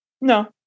No